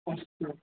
अस्तु